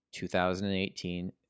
2018